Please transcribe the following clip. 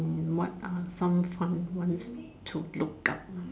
mm what are some fun ones to look up